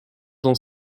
dans